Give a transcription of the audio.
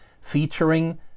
featuring